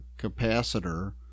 capacitor